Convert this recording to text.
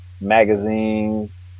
magazines